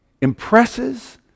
impresses